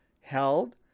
held